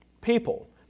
people